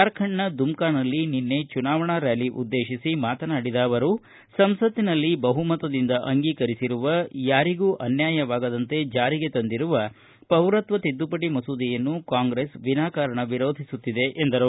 ಜಾರ್ಖಂಡ್ನ ದುಮ್ನಾದಲ್ಲಿ ನಿನ್ನೆ ಚುನಾವಣಾ ರ್ಕಾಲಿ ಉದ್ನೇತಿಸಿ ಮಾತನಾಡಿದ ಅವರು ಸಂಸತ್ತಿನಲ್ಲಿ ಬಹುಮತದಿಂದ ಅಂಗೀಕರಿಸಿರುವ ಯಾರಿಗೂ ಅನ್ನಾಯವಾಗದಂತೆ ಜಾರಿಗೆ ತಂದಿರುವ ಪೌರತ್ವ ತಿದ್ದುಪಡಿ ಮಸೂದೆಯನ್ನು ಕಾಂಗ್ರೆಸ್ ವಿನಾಕಾರಣ ವಿರೋಧಿಸುತ್ತಿದೆ ಎಂದರು